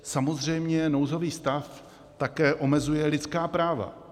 Samozřejmě nouzový stav také omezuje lidská práva.